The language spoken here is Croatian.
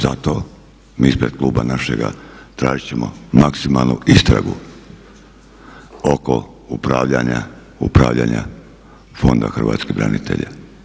Zato mi ispred kluba našega tražit ćemo maksimalno istragu oko upravljanja Fonda hrvatskih branitelja.